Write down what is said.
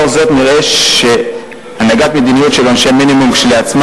לאור זאת נראה שהנהגת מדיניות של עונשי מינימום כשלעצמה